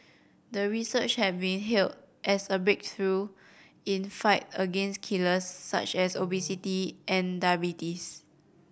the research had been hailed as a breakthrough in fight against killers such as obesity and diabetes